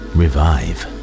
revive